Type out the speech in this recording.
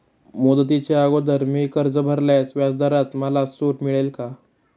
मुदतीच्या अगोदर मी कर्ज भरल्यास व्याजदरात मला सूट मिळेल का?